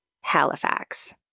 Halifax